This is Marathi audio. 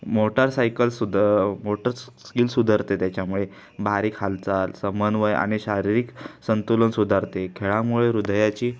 मोटारसायकल सुध मोटर स्किल सुधारते त्याच्यामुळे बारीक हालचाल समन्वय आणि शारीरिक संतुलन सुधारते खेळामुळे हृदयाची